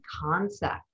concept